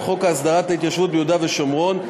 חוק להסדרת התיישבות ביהודה והשומרון,